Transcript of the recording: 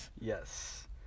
Yes